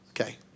Okay